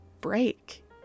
break